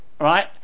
right